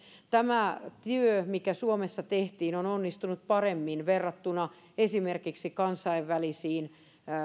tämä työ mikä suomessa tehtiin on onnistunut paremmin verrattuna esimerkiksi kansainvälisiin